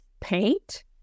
paint